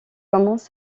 commence